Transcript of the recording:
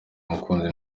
mukunzi